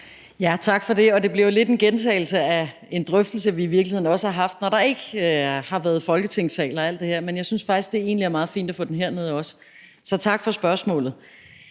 Tak for det. Det bliver jo lidt en gentagelse af en drøftelse, vi i virkeligheden også har haft, når vi ikke har været i Folketingssalen og alt det her, men jeg synes faktisk, at det egentlig er meget fint også at få drøftelsen her, så tak for spørgsmålet.